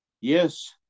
Yes